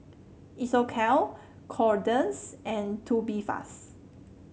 Isocal Kordel's and Tubifast